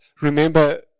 remember